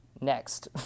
Next